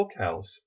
Bookhouse